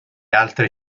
altre